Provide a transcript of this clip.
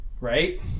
Right